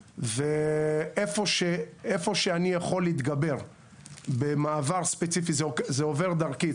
ואיפה שאני יכול להתגבר במעבר ספציפי זה עובר דרכי,